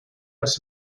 las